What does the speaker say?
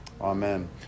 Amen